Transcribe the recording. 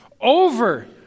over